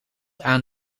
aan